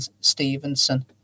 Stevenson